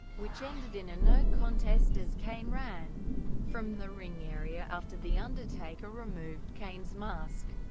which ah ended in a no contest as kane ran from the ring area after the undertaker removed kane's mask.